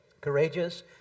courageous